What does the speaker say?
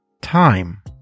time